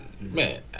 man